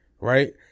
right